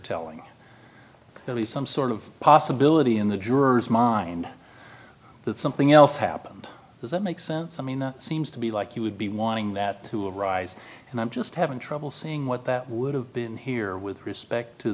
telling at least some sort of possibility in the juror's mind that something else happened does that make sense i mean that seems to be like you would be wanting that who would rise and i'm just having trouble seeing what that would have been here with respect to